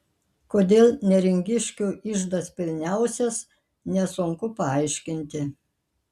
kodėl neringiškių iždas pilniausias nesunku paaiškinti